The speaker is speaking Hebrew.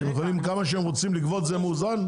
שהם יכולים כמה שהם רוצים לגבות, זה מאוזן?